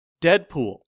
Deadpool